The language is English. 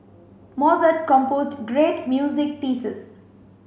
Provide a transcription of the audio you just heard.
Mozart composed great music pieces